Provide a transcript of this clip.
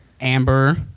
amber